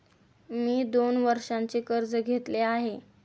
मी दोन वर्षांचे कर्ज घेतले आहे